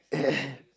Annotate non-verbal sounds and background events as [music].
[coughs]